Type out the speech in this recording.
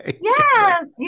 Yes